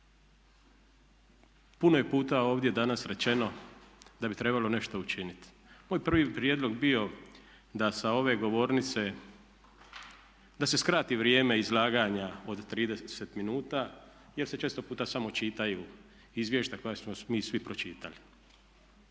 Puno je puta ovdje danas rečeno da bi trebalo nešto učiniti. Moj prvi prijedlog bi bio da sa ove govornice, da se skrati vrijeme izlaganja od 30 minuta jer se često puta samo čitaju izvješća koja smo mi svi pročitali.